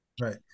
right